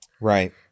Right